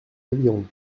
avirons